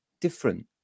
different